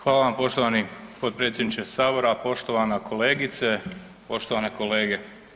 Hvala vam poštovani potpredsjedniče Sabora, poštovana kolegice, poštovane kolege.